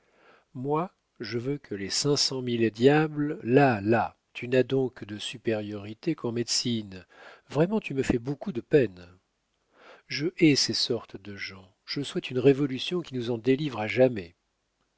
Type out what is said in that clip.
moi je veux que les cinq cent mille diables là là tu n'as donc de supériorité qu'en médecine vraiment tu me fais beaucoup de peine je hais ces sortes de gens je souhaite une révolution qui nous en délivre à jamais